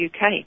UK